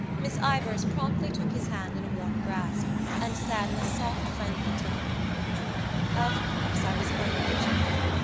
miss ivors promptly took his hand in a warm grasp and said in a soft friendly tone of course, i was only joking.